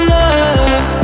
love